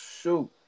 shoot